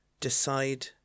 decide